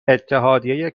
اتحادیه